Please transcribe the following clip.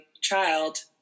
child